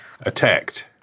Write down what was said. attacked